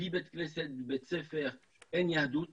בלי בית כנסת ובלי בית ספר אין יהדות